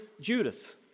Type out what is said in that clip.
Judas